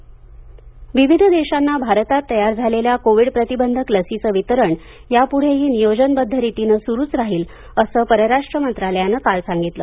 लस प्रवठा विविध देशांना भारतात तयार झालेल्या कोविड प्रतिबंधक लसींचे वितरण यापुढेही नियोजनबद्ध रीतीने सुरूच राहील असे परराष्ट्र मंत्रालयाने काल सांगितले